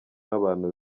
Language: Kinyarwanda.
n’abantu